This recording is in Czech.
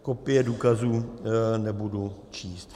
Kopie důkazů nebudu číst.